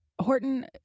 horton